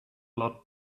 lot